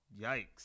yikes